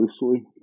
loosely